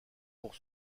pour